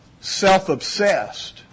self-obsessed